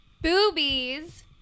boobies